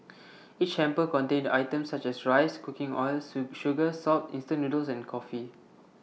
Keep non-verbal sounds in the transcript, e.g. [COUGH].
each hamper contained items such as rice cooking oil [UNINTELLIGIBLE] sugar salt instant noodles and coffee